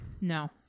No